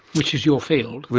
which is your field.